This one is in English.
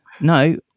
no